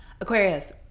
aquarius